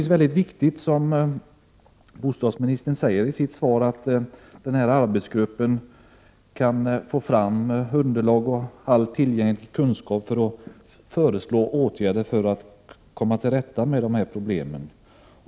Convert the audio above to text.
Som bostadsministern säger i sitt svar är det viktigt att arbetsgruppen kan få fram underlag och all tillgänglig kunskap för att föreslå åtgärder för att komma till rätta med problemen.